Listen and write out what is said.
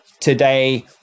today